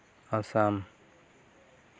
Assam